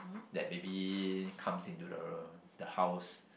that maybe comes into the the house